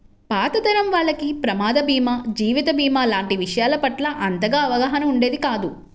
పాత తరం వాళ్లకి ప్రమాద భీమా, జీవిత భీమా లాంటి విషయాల పట్ల అంతగా అవగాహన ఉండేది కాదు